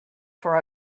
for